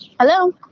Hello